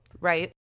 Right